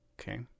Okay